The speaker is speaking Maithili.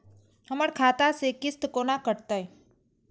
हमर खाता से किस्त कोना कटतै?